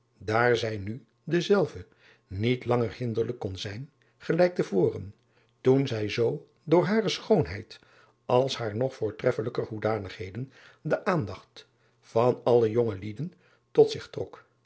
daar zij nu dezelve niet langer hinderlijk kon zijn gelijk te voren toen zij zoo door hare schoonheid als haar nog voortreffelijker hoedanigheden de aandacht van alle jongelingen tot zich trok